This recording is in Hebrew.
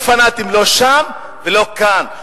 אנחנו לא רוצים פנאטים, לא שם ולא כאן.